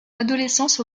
adolescence